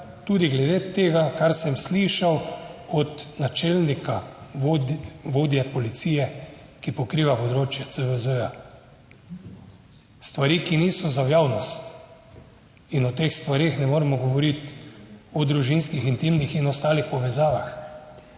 tudi glede tega, kar sem slišal od načelnika vodje policije, ki pokriva področje CVZ, stvari, ki niso za v javnost in o teh stvareh ne moremo govoriti, o družinskih, intimnih in ostalih povezavah,